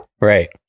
right